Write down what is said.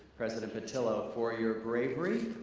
president petillo, for your bravery,